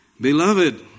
Beloved